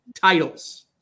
titles